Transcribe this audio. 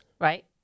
Right